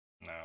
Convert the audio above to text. no